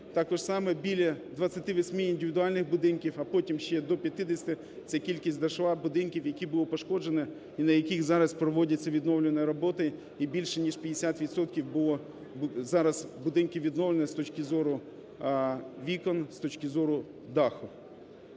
також саме біля 28-ми індивідуальних будинків, а потім ще до 50-ти ця кількість дійшла будинків, які були пошкоджені і на яких зараз проводяться відновлювальні роботи, і більше ніж 50 відсотків було зараз будинків відновлено з точки зору вікон, з точки зору даху.